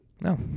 No